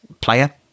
player